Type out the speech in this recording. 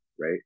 right